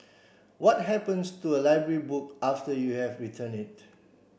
what happens to a library book after you have returned it